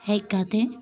ᱦᱮᱡ ᱠᱟᱛᱮᱫ